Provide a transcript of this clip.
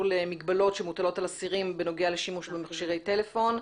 למגבלות שמוטלות על אסירים בנוגע לשימוש במכשירי טלפון,